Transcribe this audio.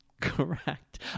correct